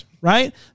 Right